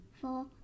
four